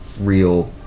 real